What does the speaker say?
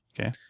Okay